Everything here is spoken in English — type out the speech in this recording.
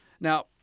Now